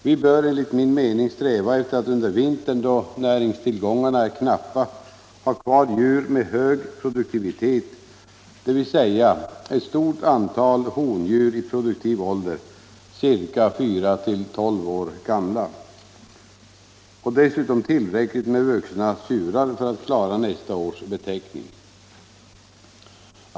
Vi bör enligt min mening sträva efter att under vintern, då näringstillgångarna är knappa, ha kvar djur med hög produktivitet, dvs. ett stort antal hondjur i produktiv ålder, ca 4-12 år gamla, samt tillräckligt med vuxna tjurar för att klara nästa års betäckning.